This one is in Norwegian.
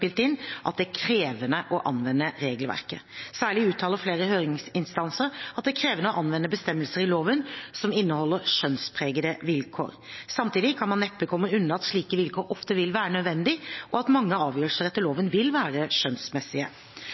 inn at det er krevende å anvende regelverket. Særlig uttaler flere høringsinstanser at det er krevende å anvende bestemmelser i loven som inneholder skjønnspregede vilkår. Samtidig kan man neppe komme unna at slike vilkår ofte vil være nødvendige, og at mange avgjørelser etter loven vil være skjønnsmessige.